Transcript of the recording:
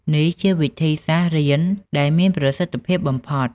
នេះជាវិធីសាស្ត្ររៀនដែលមានប្រសិទ្ធភាពបំផុត។